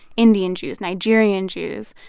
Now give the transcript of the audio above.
indian jews, nigerian jews.